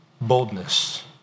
boldness